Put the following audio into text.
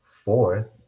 Fourth